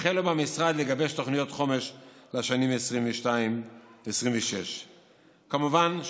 החלו במשרד לגבש תוכניות חומש לשנים 2022 2026. כמובן,